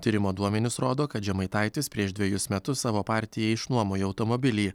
tyrimo duomenys rodo kad žemaitaitis prieš dvejus metus savo partijai išnuomojo automobilį